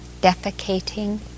defecating